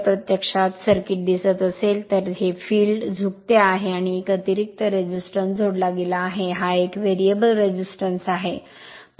जर प्रत्यक्षात सर्किट दिसत असेल तर हे फील्ड झुकते आहे आणि एक अतिरिक्त प्रतिकार जोडला गेला आहे हा एक व्हेरिएबल रेसिस्टन्स आहे